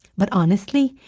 but honestly,